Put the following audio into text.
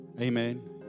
Amen